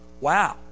Wow